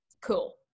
cool